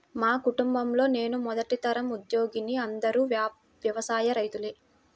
మా కుటుంబంలో నేనే మొదటి తరం ఉద్యోగిని అందరూ వ్యవసాయ రైతులే